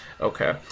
Okay